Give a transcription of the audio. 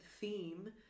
theme